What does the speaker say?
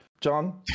John